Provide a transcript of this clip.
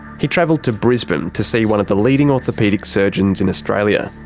he travelled to brisbane to see one of the leading orthopaedic surgeons in australia.